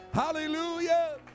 Hallelujah